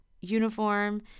uniform